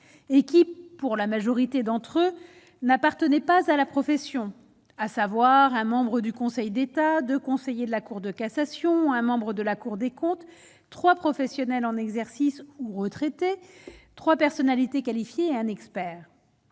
et qui pour la majorité d'entre eux n'appartenait pas à la profession, à savoir un membre du Conseil d'État de conseillers de la Cour de cassation, un membre de la Cour des comptes, 3 professionnels en exercice ou retraités, 3 personnalités qualifiées, un expert.